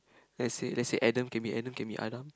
let's say let's say Adam can be Adam can be Adam